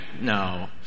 No